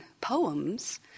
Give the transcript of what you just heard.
poems